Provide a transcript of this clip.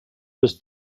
was